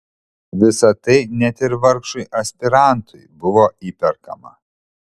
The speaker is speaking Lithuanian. visa tai net ir vargšui aspirantui buvo įperkama